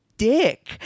dick